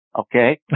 Okay